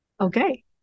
Okay